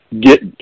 get